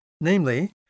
namely